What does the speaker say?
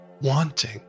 wanting